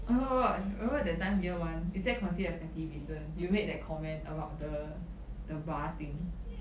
oh my god remember that time year one is that considered as petty reason you made that comment about the the bar thing